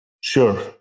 Sure